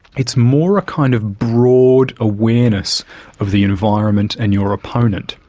it's more a kind of broad awareness of the environment and your opponent,